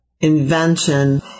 invention